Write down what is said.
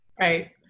Right